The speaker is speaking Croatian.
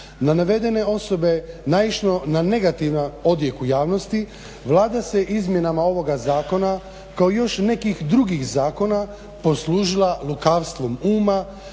na navedene osobe naišlo na negativan odjek u javnosti, Vlada se izmjenama ovoga zakona kao i još nekih drugih zakona poslužila lukavstvom uma,